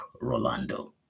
Rolando